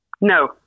No